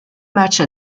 matchs